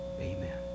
Amen